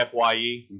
FYE